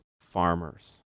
farmers